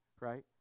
right